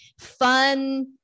fun